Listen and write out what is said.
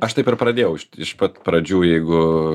aš taip ir pradėjau iš pat pradžių jeigu